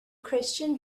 christian